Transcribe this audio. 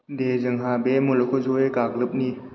दे जोंहा बे मुलुगखौ जयै गाग्लोबनि